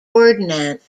ordnance